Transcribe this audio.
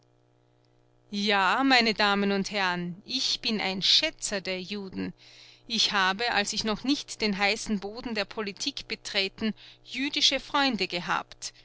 ja meine damen und herren ich bin ein schätzer der juden ich habe als ich noch nicht den heißen boden der politik betreten jüdische freunde gehabt